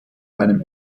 einem